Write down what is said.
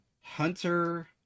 Hunter